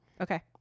Okay